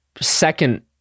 Second